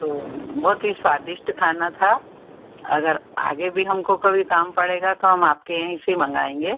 तो बहुत ही स्वादिष्ट खाना था अगर आगे भी हमको कभी काम पड़ेगा तो हम आपके यहीं से मंगाएंगे